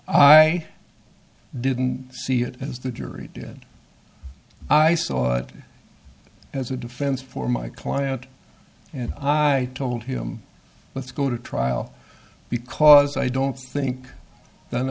i didn't see it as the jury did i saw it as a defense for my client and i told him let's go to trial because i don't think that